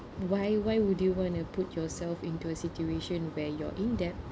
why why would you want to put yourself into a situation where you're in debt